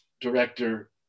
director